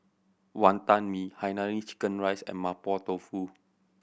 Wonton Mee Hainanese chicken rice and Mapo Tofu